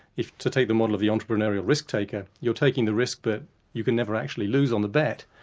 if to take the model of the entrepreneurial risk-taker, you're taking the risk but you can never actually lose on the bet,